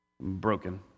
broken